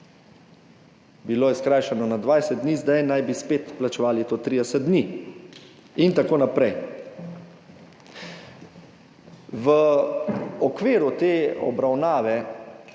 bilo je skrajšano na 20 dni, zdaj naj bi spet plačevali to 30 dni in tako naprej. V okviru te obravnave